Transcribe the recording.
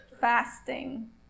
fasting